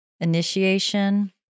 initiation